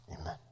Amen